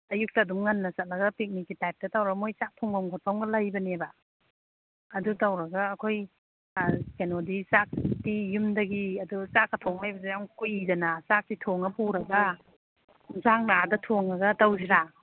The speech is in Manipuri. ꯑꯌꯨꯛꯇ ꯑꯗꯨꯝ ꯉꯟꯅ ꯆꯠꯂꯒ ꯄꯤꯛꯅꯤꯛꯀꯤ ꯇꯥꯏꯞꯇ ꯇꯧꯔ ꯃꯣꯏ ꯆꯥꯛ ꯊꯣꯡꯕꯝ ꯈꯣꯠꯐꯝꯒ ꯂꯩꯕꯅꯦꯕ ꯑꯗꯨ ꯇꯧꯔꯒ ꯑꯩꯈꯣꯏ ꯑꯥ ꯀꯩꯅꯣꯗꯤ ꯆꯥꯛꯇꯤ ꯌꯨꯝꯗꯒꯤ ꯑꯗꯨ ꯆꯥꯛꯀ ꯊꯣꯡ ꯂꯩꯕꯗꯨ ꯌꯥꯝ ꯀꯨꯏꯗꯅ ꯆꯥꯛꯇꯤ ꯊꯣꯡꯉ ꯄꯨꯔꯒ ꯑꯦꯟꯁꯥꯡꯅ ꯑꯗ ꯊꯣꯡꯉꯒ ꯇꯧꯁꯤꯔꯥ